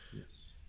Yes